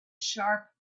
sharp